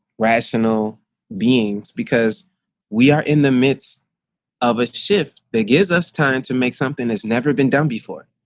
rational beings because we are in the midst of a shift that gives us time to make something that's never been done before.